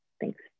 thanks